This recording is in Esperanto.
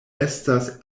estas